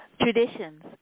traditions